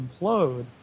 implode